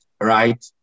right